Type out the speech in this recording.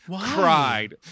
cried